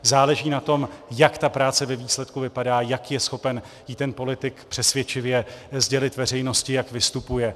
Záleží na tom, jak ta práce ve výsledku vypadá, jak je schopen ji ten politik přesvědčivě sdělit veřejnosti, jak vystupuje.